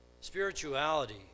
Spirituality